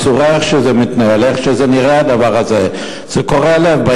הצורה שזה מתנהל, איך נראה הדבר הזה, זה קורע לב.